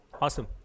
Awesome